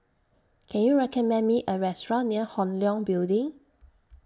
Can YOU recommend Me A Restaurant near Hong Leong Building